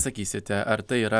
sakysite ar tai yra